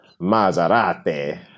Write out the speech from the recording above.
Maserati